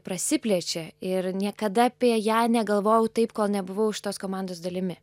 prasiplečia ir niekada apie ją negalvojau taip kol nebuvau iš tos komandos dalimi